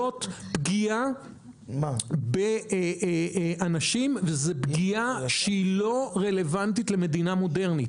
זאת פגיעה באנשים וזו פגיעה שהיא לא רלוונטית למדינה מודרנית,